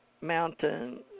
mountain